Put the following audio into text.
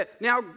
Now